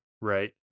Right